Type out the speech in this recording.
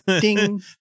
Ding